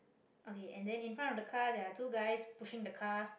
okay and then in front of the car there are two guys pushing the car